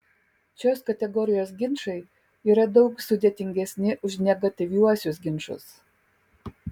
šios kategorijos ginčai yra daug sudėtingesni už negatyviuosius ginčus